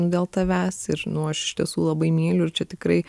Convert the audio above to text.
dėl tavęs ir nuo aš iš tiesų labai myliu ir čia tikrai